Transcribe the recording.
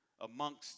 amongst